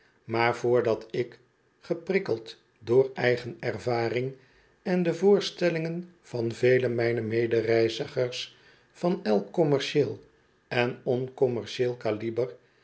maar voordat ik geprikkeld door eigen ervaring en de voorstellingen van vele mijner medereizigers van elk kommercieel en onkommercieel